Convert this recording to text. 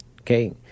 okay